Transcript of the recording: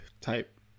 type